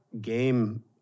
game